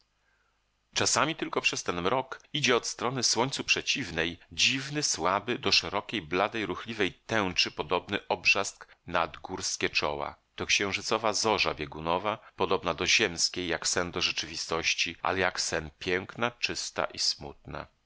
czasami tylko przez ten mrok idzie od strony słońcu przeciwnej dziwny słaby do szerokiej bladej ruchliwej tęczy podobny obrzask nad górskie czoła to księżycowa zorza biegunowa podobna do ziemskiej jak sen do rzeczywistości ale jak sen piękna czysta i smutna